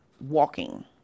walking